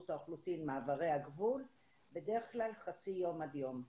האוכלוסין מעברי הגבול בדרך כלל חצי יום עד יום.